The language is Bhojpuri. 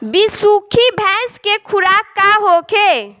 बिसुखी भैंस के खुराक का होखे?